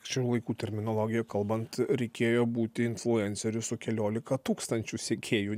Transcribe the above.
šių laikų terminologija kalbant reikėjo būti influenceriu su keliolika tūkstančių sekėjų